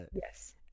yes